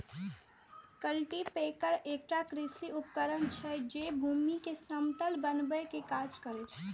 cultipacker एकटा कृषि उपकरण छियै, जे भूमि कें समतल बनबै के काज करै छै